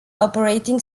operating